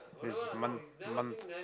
this month month